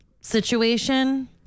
situation